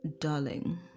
darling